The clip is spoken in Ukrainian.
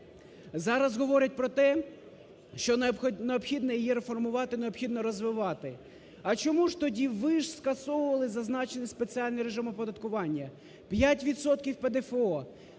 Зараз говорять про те, що необхідно її реформувати, необхідно розвивати, а чому ж тоді, ви ж скасовували зазначений спеціальний режим оподаткування. 5